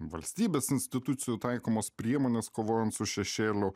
valstybės institucijų taikomos priemonės kovojant su šešėliu